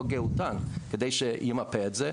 אותו גהותן כדי שימפה את זה.